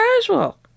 casual